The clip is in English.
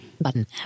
Button